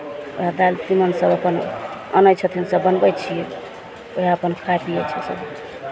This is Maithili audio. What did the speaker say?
उएह दालि तीमन सभ अपन आनै छथिन सभ बनबै छियै उएह अपन खाइ पियै छथिन